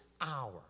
hour